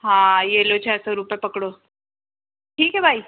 हाँ ये लो छः सौ रूपए पकड़ो ठीक है बाई